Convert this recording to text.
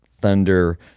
Thunder